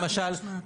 למשל,